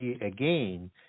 again